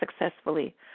successfully